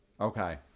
Okay